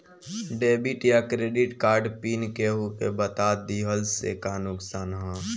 Debit या credit card pin केहूके बता दिहला से का नुकसान ह?